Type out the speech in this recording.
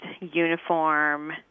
uniform